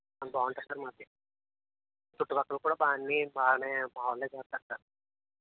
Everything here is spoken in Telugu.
బాగుంటుంది సార్ మాది చుట్టపక్కల కూడా అన్నీ బాగా మా వాళ్ళు చేస్తారు సార్